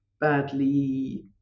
badly